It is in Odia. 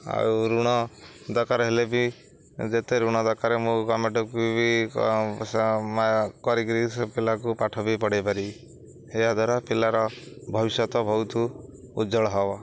ଆଉ ଋଣ ଦରକାର ହେଲେ ବି ଯେତେ ଋଣ ଦରକାର ମୁଁ ଗଭର୍ଣ୍ଣମେଣ୍ଟକୁ ବି କରିକିରି ସେ ପିଲାକୁ ପାଠ ବି ପଢ଼େଇ ପାରିବି ଏହାଦ୍ୱାରା ପିଲାର ଭବିଷ୍ୟତ ବହୁତ ଉଜ୍ଜ୍ୱଳ ହବ